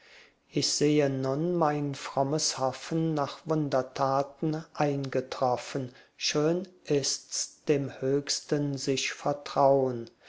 ich sehe nun mein frommes hoffen nach wundertaten eingetroffen schön ist's dem höchsten sich vertraun